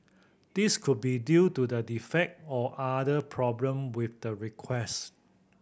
this could be due to the defect or other problem with the request